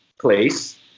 place